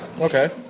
Okay